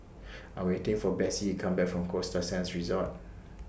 I'm waiting For Besse to Come Back from Costa Sands Resort